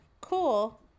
cool